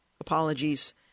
Apologies